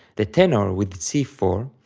the tenor with c four,